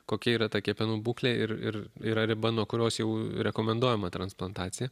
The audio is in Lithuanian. kokia yra ta kepenų būklė ir ir yra riba nuo kurios jau rekomenduojama transplantacija